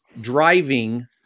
driving